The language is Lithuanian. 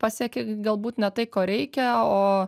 pasieki galbūt ne tai ko reikia o